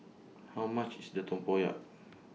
How much IS Little Tempoyak